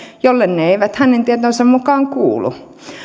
jolle ne eivät hänen tietojensa mukaan kuulu